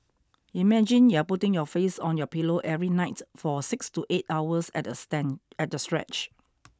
imagine you're putting your face on your pillow every night for six to eight hours at a at a stretch